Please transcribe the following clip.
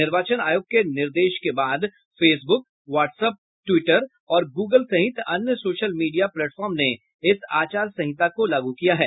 निर्वाचन आयोग के निर्देश के बाद फेसबुक व्हाट्सअप ट्वीटर और गूगल सहित अन्य सोशल मीडिया प्लेटफॉर्म ने इस आचार संहिता को लागू किया है